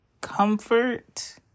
comfort